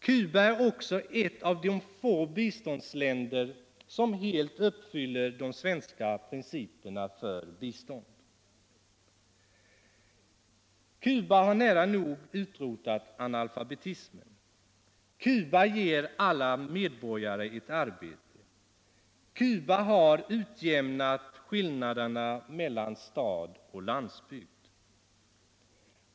Cuba är också ett av de få biståndsländer som helt uppfyller de svenska principerna för bistånd. Cuba har nära nog utrotat analfabetismen, Cuba ger alla medborgare ett arbete. Cuba har utjämnat skillnaderna mellan stad och landsbygd.